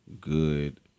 good